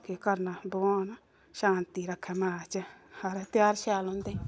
केह् करना भगवान शांति रखे मनै च हर ध्यार शैल होंदे